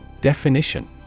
Definition